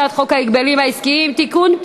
הצעת חוק ההגבלים העסקיים (תיקון,